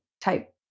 type